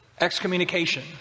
Excommunication